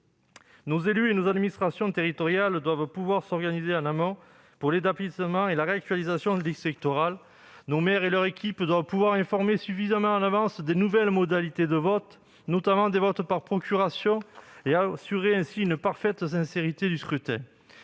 Nos élus et notre administration territoriale doivent pouvoir s'organiser en amont pour l'établissement et la réactualisation des listes électorales. Nos maires et leurs équipes doivent pouvoir informer suffisamment en avance des nouvelles modalités de vote, notamment des votes par procuration, et assurer ainsi une parfaite sincérité du scrutin.